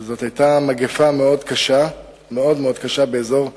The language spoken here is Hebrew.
שהיתה מגפה מאוד-מאוד קשה באזור הדרום.